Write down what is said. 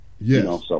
Yes